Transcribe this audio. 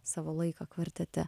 savo laiką kvartete